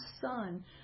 son